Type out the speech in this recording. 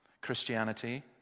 Christianity